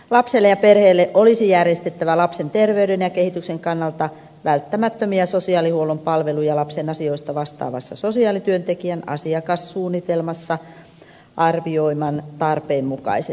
lapselle ja perheelle olisi järjestettävä lapsen terveyden ja kehityksen kannalta välttämättömiä sosiaalihuollon palveluja lapsen asioista vastaavan sosiaalityöntekijän asiakassuunnitelmassa arvioiman tarpeen mukaisesti